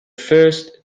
first